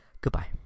Goodbye